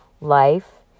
life